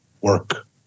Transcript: work